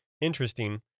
interesting